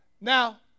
Now